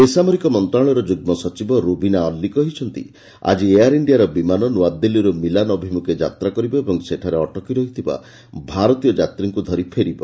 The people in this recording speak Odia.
ବେସାମରିକ ମନ୍ତ୍ରଣାଳୟର ଯୁଗ୍ମ ସଚିବ ରୁବିନା ଅଲ୍ଲା କହିଛନ୍ତି ଆଜି ଏୟାର ଇଣ୍ଡିଆର ବିମାନ ନୂଆଦିଲ୍ଲୀରୁ ମିଲାନ୍ ଅଭିମୁଖେ ଯାତ୍ରା କରିବ ଓ ସେଠାରେ ଅଟକି ରହିଥିବା ଭାରତୀୟ ଯାତ୍ରୀମାନଙ୍କ ଧରି ଫେରିବ